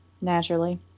naturally